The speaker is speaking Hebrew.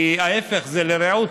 כי ההפך, זה לרעותא.